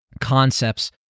concepts